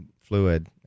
fluid